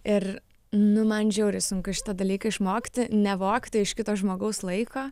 ir nu man žiauriai sunku šitą dalyką išmokti nevogti iš kito žmogaus laiko